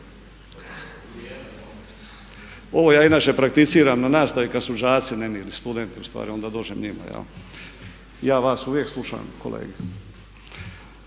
Ovo ja inače prakticiram na nastavi kad su đaci nemirni, studenti ustvari onda dođem njima. Ja vas uvijek slušam kolege.